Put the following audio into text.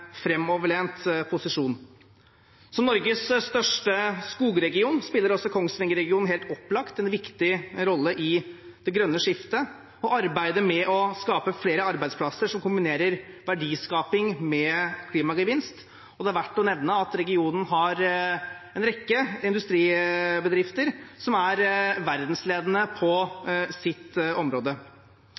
posisjon. Som Norges største skogregion spiller også Kongsvinger-regionen helt opplagt en viktig rolle i det grønne skiftet og i arbeidet med å skape flere arbeidsplasser, som kombinerer verdiskaping med klimagevinst. Det er verdt å nevne at regionen har en rekke industribedrifter som er verdensledende på sitt område.